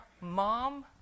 mom